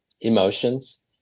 emotions